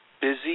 busy